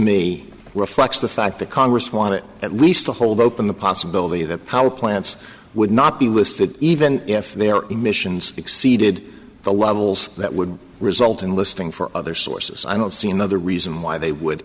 me reflects the fact that congress wanted at least to hold open the possibility that power plants would not be listed even if their emissions exceeded the levels that would result in listing for other sources i don't see another reason why they would